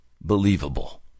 believable